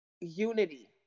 unity